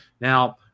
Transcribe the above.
Now